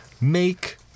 make